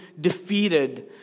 defeated